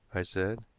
i said.